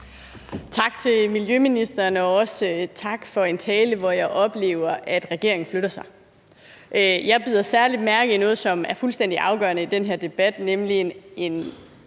Tak til miljøministeren, og også tak for en tale, hvor jeg oplever, at regeringen flytter sig. Jeg bider særlig mærke i noget, som er fuldstændig afgørende i den her debat, nemlig en